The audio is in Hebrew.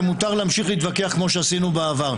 ומותר להמשיך להתווכח כמו שעשינו בעבר.